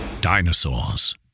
dinosaurs